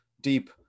deep